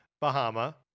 Bahama